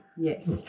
Yes